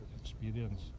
experience